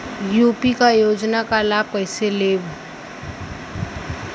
UP क योजना क लाभ कइसे लेब?